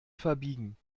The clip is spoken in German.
verbiegen